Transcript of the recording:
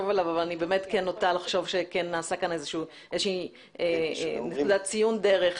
עליו אבל אני נוטה לחשוב שכן נעשה כאן איזשהו ציון דרך